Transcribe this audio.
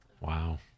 Wow